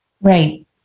Right